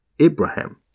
Abraham